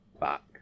back